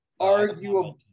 Arguably